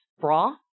bra